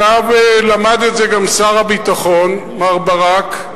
עכשיו למד את זה גם שר הביטחון, מר ברק,